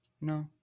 no